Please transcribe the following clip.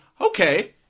okay